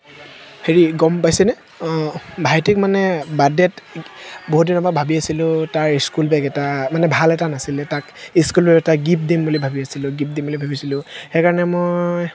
হেৰি গম পাইছেনে অঁ ভাইটিক মানে বাৰ্থডে'ত বহুতদিনৰ পৰা ভাবি আছিলোঁ তাৰ স্কুল বেগ এটা মানে ভাল এটা নাছিলে তাক স্কুল বেগ এটা গিফ্ট দিম বুলি ভাবি আছিলোঁ গিফ্ট দিম বুলি ভাবিছিলোঁ সেইকাৰণে মই